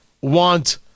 want